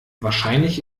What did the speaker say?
wahrscheinlich